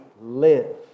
live